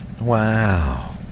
wow